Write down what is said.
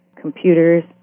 computers